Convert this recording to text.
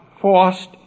forced